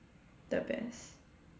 the best